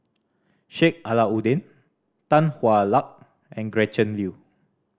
Sheik Alau'ddin Tan Hwa Luck and Gretchen Liu